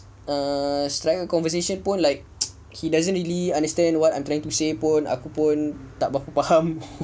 err strike a conversation pun like he doesn't really understand what I'm trying to say pun aku pun tak berapa faham